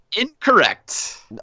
incorrect